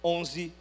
Onze